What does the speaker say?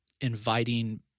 inviting